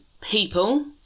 people